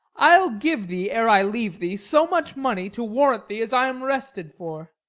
i'll give thee, ere i leave thee, so much money, to warrant thee, as i am rested for.